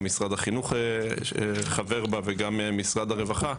גם משרד החינוך חבר בה, וגם משרד הרווחה.